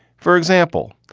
for example,